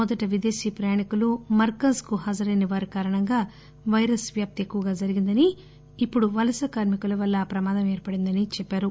మొదట విదేశీ ప్రయాణీకులు మర్కజ్ కు హాజరయిన వారి కారణంగా వైరస్ వ్యాప్తి ఎక్కువగా జరిగిందని ఇప్పుడు వలసకార్మి కుల వల్ల ఆ ప్రమాదం ఏర్పడిందని చెప్పారు